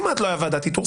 כמעט לא הייתה ועדת איתור,